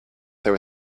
there